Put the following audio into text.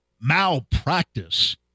malpractice